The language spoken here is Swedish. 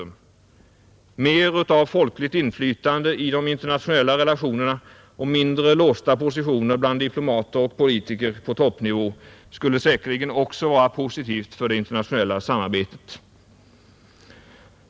Mer av folkligt inflytande i de internationella relationerna och mindre av låsta positioner bland diplomater och politiker på toppnivå skulle säkerligen också vara positivt för det internationella samarbetet.